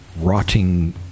rotting